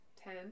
Ten